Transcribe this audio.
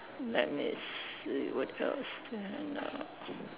let me see what else then uh